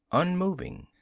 unmoving.